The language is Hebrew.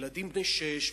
ילדים בני שש,